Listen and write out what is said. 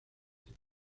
tipo